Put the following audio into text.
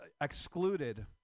excluded